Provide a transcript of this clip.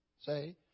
Say